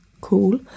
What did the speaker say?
cool